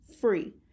free